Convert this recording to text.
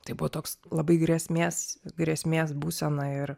tai buvo toks labai grėsmės grėsmės būsena ir